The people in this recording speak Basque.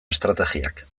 estrategiak